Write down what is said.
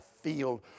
field